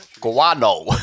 Guano